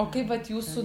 o kai vat jūsų